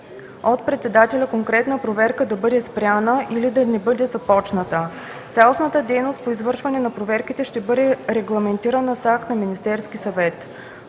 от председателя конкретна проверка да бъде спряна или да не бъде започната. Цялостната дейност по извършване на проверките ще бъде регламентирана с акт на Министерския съвет.